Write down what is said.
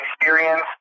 experience